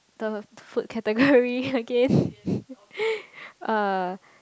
the food category okay uh